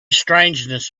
strangeness